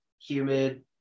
humid